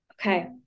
Okay